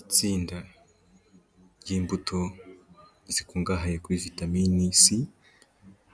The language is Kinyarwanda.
Itsinda ry'imbuto zikungahaye kuri vitamini c